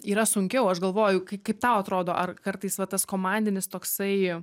yra sunkiau aš galvoju kai kaip tau atrodo ar kartais va tas komandinis toksai